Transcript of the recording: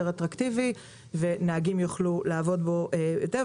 אטרקטיבי ונהגים יוכלו לעבוד בו היטב.